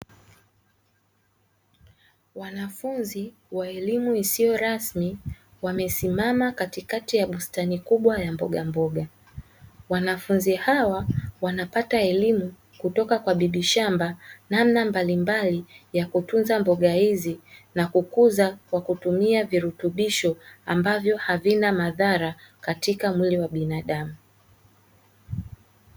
Wanafunzi wa elimu isiyo rasmi wamesimama katikati ya bustani kubwa ya mboga mboga. Wanafunzi hawa wanapata elimu kutoka kwa bibi shamba namna mbalimbali ya kutunza mboga hizi na kukuza kwa kutumia virutubisho ambavyo havina madhara katika mwili wa binadamu.